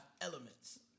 elements